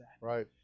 Right